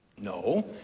No